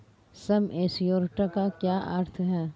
सम assured का क्या अर्थ है?